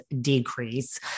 decrease